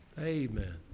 amen